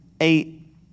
eight